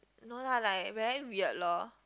no lah like very weird lor